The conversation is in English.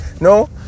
No